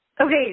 Okay